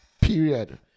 period